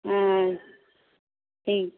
हँ ठीक